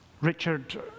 Richard